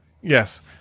yes